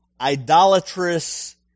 idolatrous